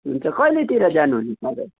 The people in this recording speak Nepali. हुन्छ कहिलेतिर जानुहुने तपाईँ